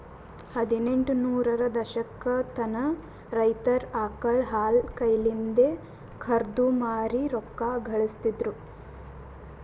ಹದಿನೆಂಟ ನೂರರ ದಶಕತನ ರೈತರ್ ಆಕಳ್ ಹಾಲ್ ಕೈಲಿಂದೆ ಕರ್ದು ಮಾರಿ ರೊಕ್ಕಾ ಘಳಸ್ತಿದ್ರು